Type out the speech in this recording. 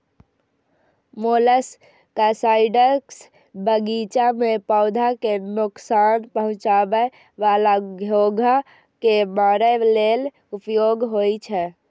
molluscicides बगीचा मे पौधा कें नोकसान पहुंचाबै बला घोंघा कें मारै लेल उपयोग होइ छै